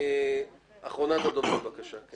אחרונת הדוברים, בבקשה.